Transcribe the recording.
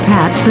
Pat